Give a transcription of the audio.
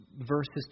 verses